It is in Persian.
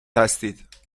هستید